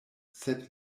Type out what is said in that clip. sed